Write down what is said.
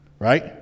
Right